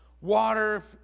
water